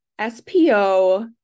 SPO